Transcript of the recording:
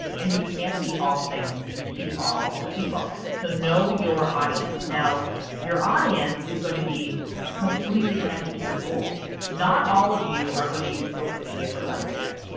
and you can't be all things to all people so know your audience. now your audience is going to be completely connected to your goal not all of you are going to use social media for fundraising.